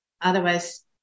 otherwise